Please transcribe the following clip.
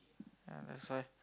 ya that's why